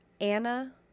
Anna